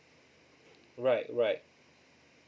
right right